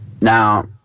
Now –